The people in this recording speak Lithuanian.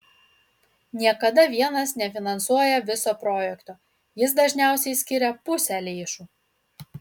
niekada vienas nefinansuoja viso projekto jis dažniausiai skiria pusę lėšų